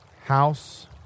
house